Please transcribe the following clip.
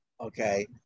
Okay